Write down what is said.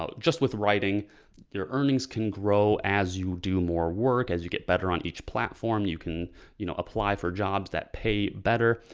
ah just with writing your earnings can grow as you do more work, as you get better on each platform, you can you know apply for jobs that pay better.